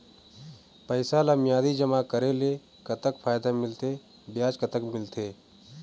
पैसा ला मियादी जमा करेले, कतक फायदा मिलथे, ब्याज कतक मिलथे?